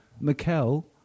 Mikel